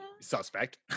suspect